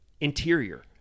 interior